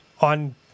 on